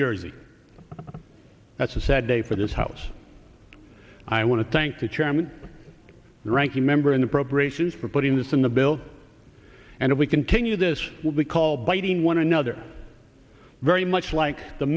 jersey that's a sad day for this house i want to thank the chairman and ranking member in the preparations for putting this in the bill and if we continue this will be called biting one another very much like the